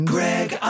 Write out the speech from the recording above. Greg